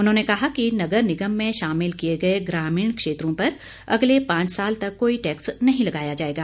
उन्होंने कहा कि नगर निगम में शामिल किए गए ग्रामीण क्षेत्रों पर अगले पांच साल तक कोई टैक्स नहीं लगाया जाएगा